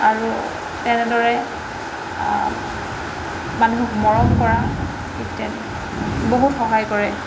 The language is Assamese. আৰু তেনেদৰে মানুহক মৰম কৰা ইত্যাদি বহুত সহায় কৰে